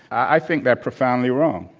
i think they're profoundly wrong